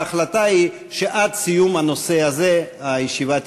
ההחלטה היא שעד סיום הנושא הזה הישיבה תימשך,